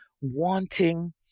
wanting